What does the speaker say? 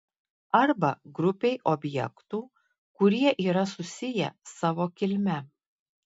arba grupei objektų kurie yra susiję savo kilme